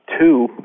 two